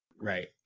Right